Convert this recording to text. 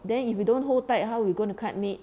then if you don't hold tight how you're going to cut meat